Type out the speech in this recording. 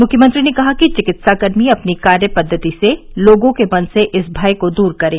मुख्यमंत्री ने कहा कि चिकित्साकर्मी अपनी कार्य पद्वति से लोगों के मन से इस भय को दूर करें